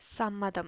സമ്മതം